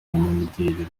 abanyamideli